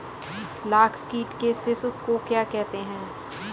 लाख कीट के शिशु को क्या कहते हैं?